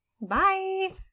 Bye